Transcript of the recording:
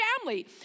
family